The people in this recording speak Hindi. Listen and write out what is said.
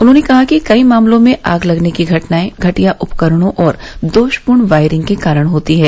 उन्होंने कहा कि कई मामलों में आग लगने की घटनाएं घटिया उपकरणों और दोषपूर्ण वायरिंग के कारण होती हैं